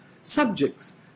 subjects